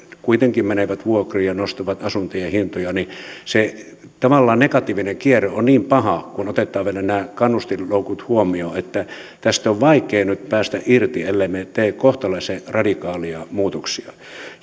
kuitenkin menevät vuokriin ja nostavat asuntojen hintoja niin tavallaan se negatiivinen kierre on niin paha kun otetaan vielä nämä kannustinloukut huomioon että tästä on vaikea nyt päästä irti ellemme tee kohtalaisen radikaaleja muutoksia